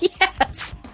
yes